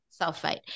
sulfate